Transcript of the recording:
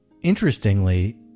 Interestingly